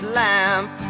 lamp